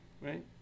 right